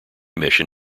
mission